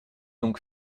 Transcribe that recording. donc